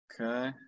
Okay